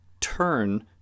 turn